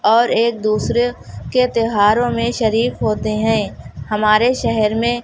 اور ایک دوسرے کے تہواروں میں شریک ہوتے ہیں ہمارے شہر میں